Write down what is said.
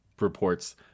reports